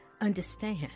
understand